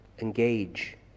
Engage